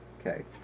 Okay